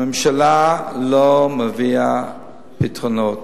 הממשלה לא מביאה פתרונות.